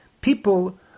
people